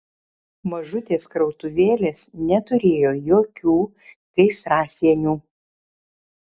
mažutės krautuvėlės neturėjo jokių gaisrasienių